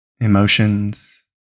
emotions